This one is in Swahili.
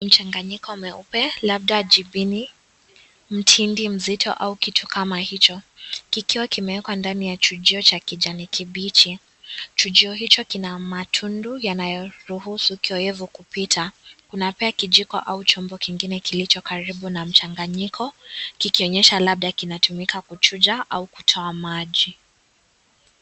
Mchanganyiko meupe labda jipini, mtindi mzito au kitu kama hicho. Jujuo kimeekwa ndani ya chikioo cha kijani kibichi. Jijuo hicho kina matunda yanayoruhusu kupita. kuna pia kijiko au chombo kingine kilicho karibu na mchanganyiko kikionyesha labda linatumika kuchuja au kutoa maji.